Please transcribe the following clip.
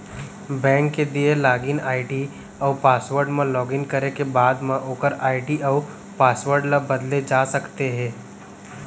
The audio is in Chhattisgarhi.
बेंक के दिए लागिन आईडी अउ पासवर्ड म लॉगिन करे के बाद म ओकर आईडी अउ पासवर्ड ल बदले जा सकते हे